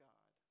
God